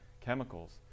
chemicals